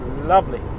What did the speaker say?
Lovely